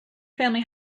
family